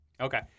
Okay